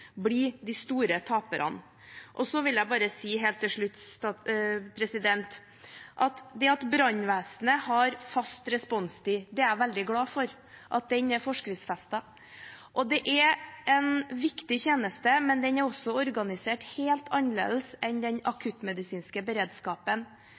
de store taperne. Så vil jeg bare helt til slutt si at jeg er veldig glad for at brannvesenet har fast responstid, og at den er forskriftsfestet. Det er en viktig tjeneste, men den er også organisert helt annerledes enn den